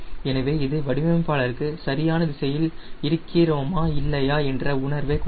எனவே இது வடிவமைப்பாளருக்கு சரியான திசையில் இருக்கிறோமா இல்லையா என்ற உணர்வை கொடுக்கும்